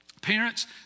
Parents